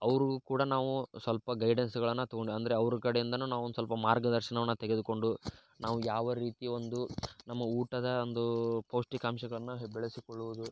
ಅವ್ರಿಗು ಕೂಡ ನಾವು ಸ್ವಲ್ಪ ಗೈಡೆನ್ಸ್ಗಳನ್ನು ತಗೊಂಡರೆ ಅಂದರೆ ಅವರ ಕಡೆಯಿಂದ ನಾವು ಒಂದು ಸ್ವಲ್ಪ ಮಾರ್ಗದರ್ಶನವನ್ನು ತೆಗೆದುಕೊಂಡು ನಾವು ಯಾವ ರೀತಿ ಒಂದು ನಮ್ಮ ಊಟದ ಒಂದು ಪೌಷ್ಠಿಕಾಂಶಗಳನ್ನು ಬೆಳೆಸಿಕೊಳ್ಳುವುದು